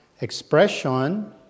expression